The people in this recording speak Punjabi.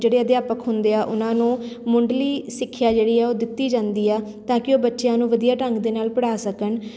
ਜਿਹੜੇ ਅਧਿਆਪਕ ਹੁੰਦੇ ਆ ਉਹਨਾਂ ਨੂੰ ਮੁੱਢਲੀ ਸਿੱਖਿਆ ਜਿਹੜੀ ਹੈ ਉਹ ਦਿੱਤੀ ਜਾਂਦੀ ਆ ਤਾਂ ਕਿ ਉਹ ਬੱਚਿਆਂ ਨੂੰ ਵਧੀਆ ਢੰਗ ਦੇ ਨਾਲ ਪੜ੍ਹਾ ਸਕਣ